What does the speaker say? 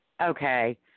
Okay